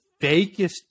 fakest